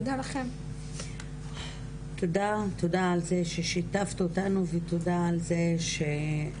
תודה רבה על זה ששיתפת אותנו ותודה על זה היה